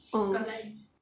orh